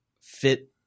fit